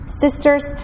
Sisters